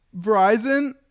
Verizon